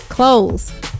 clothes